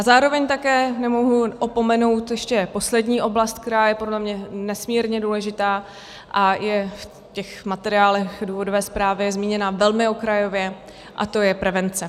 Zároveň také nemohu opomenout ještě poslední oblast, která je podle mě nesmírně důležitá a je v těch materiálech důvodové zprávy zmíněna velmi okrajově, a to je prevence.